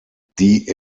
die